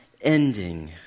ending